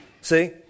See